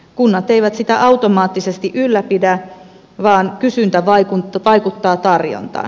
kunnat eivät sitä automaattisesti ylläpidä vaan kysyntä vaikuttaa tarjontaan